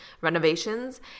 renovations